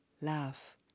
laugh